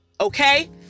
Okay